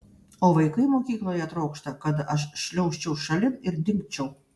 o vaikai mokykloje trokšta kad aš šliaužčiau šalin ir dingčiau